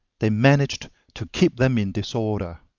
they managed to keep them in disorder.